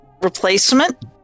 replacement